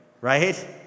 right